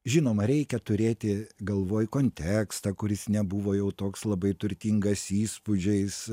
žinoma reikia turėti galvoj kontekstą kuris nebuvo jau toks labai turtingas įspūdžiais